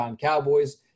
Cowboys